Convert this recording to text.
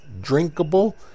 drinkable